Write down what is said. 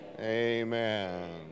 Amen